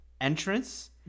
entrance